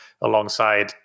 alongside